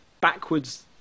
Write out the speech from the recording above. backwards